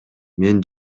мен